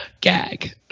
gag